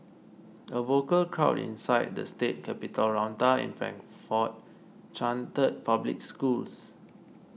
a vocal crowd inside the state capitol rotunda in Frankfort chanted public schools